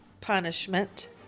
punishment